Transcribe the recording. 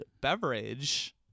beverage